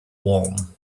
warm